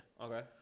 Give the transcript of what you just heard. Okay